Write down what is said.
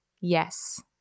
Yes